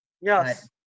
Yes